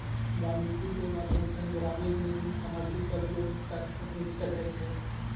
वानिकी के माध्यम सॅ ग्रामीण निर्मित सामग्री सभ लोक तक पहुँच सकै छै